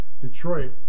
Detroit